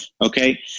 Okay